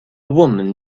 woman